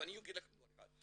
אני אגיד לכם דבר אחד.